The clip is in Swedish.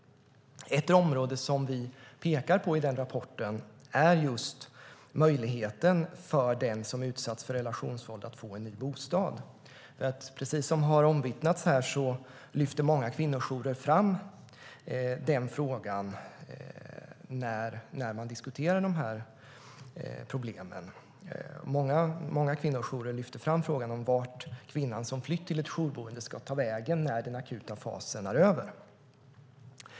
Ett område som vi pekar på i rapporten är just möjligheten för den som utsatts för relationsvåld att få en ny bostad. Precis som har omvittnats här lyfter många kvinnojourer fram den frågan när man diskuterar dessa problem. Många kvinnojourer lyfter fram frågan vart kvinnan som flytt till ett jourboende ska ta vägen när den akuta fasen är över.